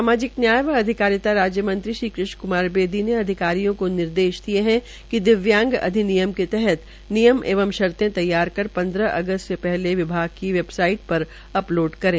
सामाजिक न्याय व अधिकारिता राज्य मंत्री श्री कृष्ण क्मार बेदी ने अधिकारियों को निर्देश दिये है कि दिव्यांग अधिनियम के तहत नियम एवं शर्ते तैयारकर पन्द्रह अगस्त से पहले विभाग की वेबसाइट पर अपलोड करें